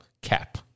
cap